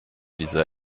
dieser